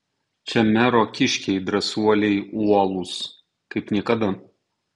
čia mero kiškiai drąsuoliai uolūs kaip niekada